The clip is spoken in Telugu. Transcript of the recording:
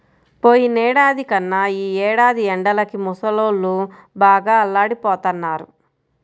పోయినేడాది కన్నా ఈ ఏడాది ఎండలకి ముసలోళ్ళు బాగా అల్లాడిపోతన్నారు